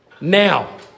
Now